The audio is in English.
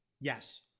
Yes